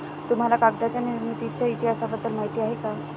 तुम्हाला कागदाच्या निर्मितीच्या इतिहासाबद्दल माहिती आहे का?